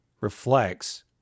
reflects